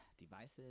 devices